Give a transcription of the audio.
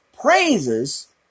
praises